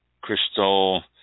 Crystal